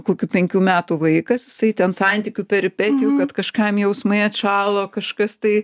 kokių penkių metų vaikas jisai ten santykių peripetijų kad kažkam jausmai atšalo kažkas tai